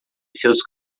seus